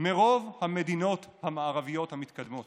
מרוב המדינות המערביות המתקדמות.